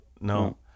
No